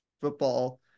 football